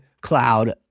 cloud